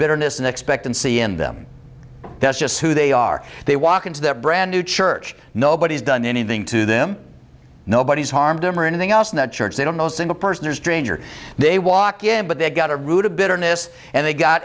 bitterness and expectancy in them that's just who they are they walk into their brand new church nobody's done anything to them nobody's harmed him or anything else in that church they don't know single person a stranger they walk in but they got a root of bitterness and they've got